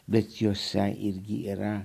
bet jose irgi yra